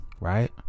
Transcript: right